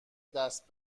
دست